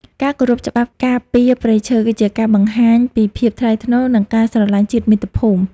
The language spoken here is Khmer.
ការគោរពច្បាប់ការពារព្រៃឈើ គឺជាការបង្ហាញពីភាពថ្លៃថ្នូរ និងការស្រឡាញ់ជាតិមាតុភូមិ។